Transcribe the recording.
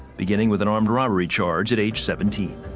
beginning with an armed robbery charge at age seventeen.